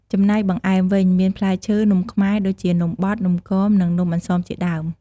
ចំណែកបង្អែមវិញ មានផ្លែឈើ នំខ្មែរ ដូចជានំបត់ នំគម និងនំអន្សមជាដើម។